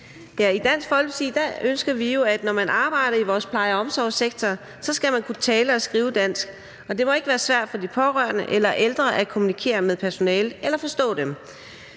I Dansk Folkeparti ønsker vi jo, at når man arbejder i vores pleje- og omsorgssektor, skal man kunne tale og skrive dansk, og det må ikke være svært for de pårørende eller ældre at kommunikere med personalet eller forstå dem.